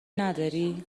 نداری